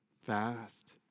Fast